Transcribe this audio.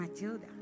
Matilda